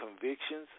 convictions